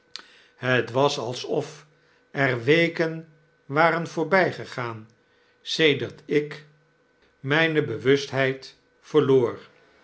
het was alsof er weken waren voorbygegaan sedert ik mijne bewustheid verloor